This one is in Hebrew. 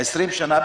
20 שנה,